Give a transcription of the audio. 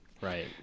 right